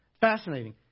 fascinating